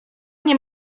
nie